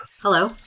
Hello